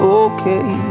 okay